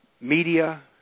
media